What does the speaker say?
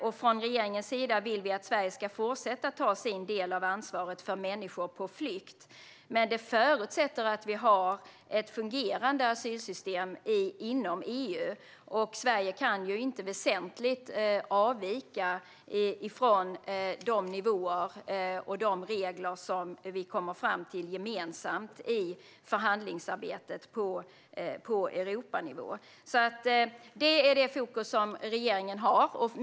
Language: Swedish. Vi från regeringen vill att Sverige ska fortsätta att ta sin del av ansvaret för människor på flykt. Men det förutsätter ett fungerande asylsystem inom EU. Sverige kan ju inte avvika väsentligt från de nivåer och de regler som man i förhandlingsarbetet på Europanivå gemensamt kommer fram till. Det är det fokus som regeringen har.